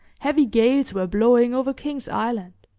heavy gales were blowing over king's island.